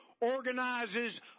organizes